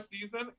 season